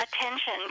attention